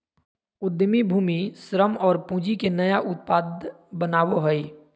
उद्यमी भूमि, श्रम और पूँजी के नया उत्पाद बनावो हइ